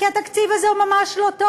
כי התקציב הזה הוא ממש לא טוב.